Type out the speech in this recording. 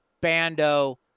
Bando